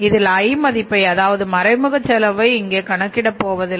இதில் I மதிப்பை அதாவது மறைமுக செலவை இங்கே கணக்கிட போவதில்லை